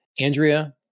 Andrea